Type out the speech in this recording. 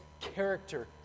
character